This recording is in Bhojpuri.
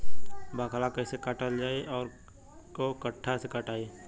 बाकला कईसे काटल जाई औरो कट्ठा से कटाई?